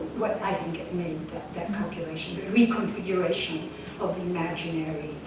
what i think it made that population reconfiguration of imaginary